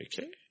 Okay